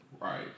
Right